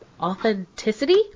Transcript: authenticity